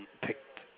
picked